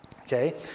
Okay